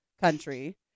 country